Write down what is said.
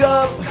up